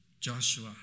Joshua